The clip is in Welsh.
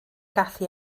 gallu